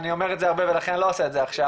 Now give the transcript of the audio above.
אני אומר את זה הרבה ולכן לא אעשה את זה עכשיו.